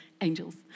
angels